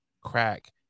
crack